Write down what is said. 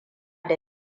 da